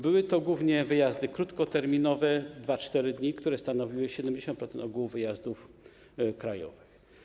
Były to głównie wyjazdy krótkoterminowe, 2–4 dni, które stanowiły 70% ogółu wyjazdów krajowych.